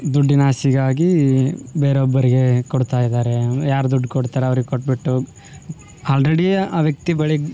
ದುಡ್ಡಿನ ಆಸೆಗಾಗಿ ಬೇರೆಯೊಬ್ಬರಿಗೆ ಕೊಡ್ತಾಯಿದ್ದಾರೆ ಯಾರು ದುಡ್ಡು ಕೊಡ್ತಾರೋ ಅವರಿಗೆ ಕೊಟ್ಬಿಟ್ಟು ಆಲ್ರೆಡಿ ಆ ವ್ಯಕ್ತಿ ಬಳಿ